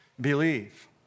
Believe